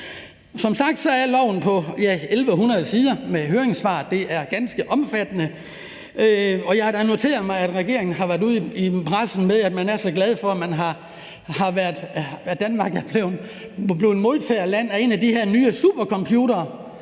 Som sagt er lovforslaget på 1.100 sider inklusive høringssvar. Det er ganske omfattende, og jeg har da noteret mig, at regeringen har været ude i pressen at sige, at man er så glad for, at Danmark er blevet modtagerland for en af de her nye supercomputere.